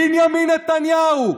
בנימין נתניהו,